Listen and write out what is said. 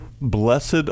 blessed